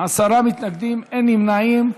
עשרה מתנגדים, אין נמנעים.